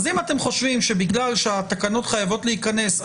אם אתם חושבים שבגלל שהתקנות חייבות להיכנס,